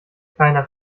keiner